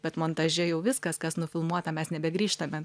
bet montaže jau viskas kas nufilmuota mes nebegrįžtame